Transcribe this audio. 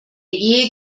ehe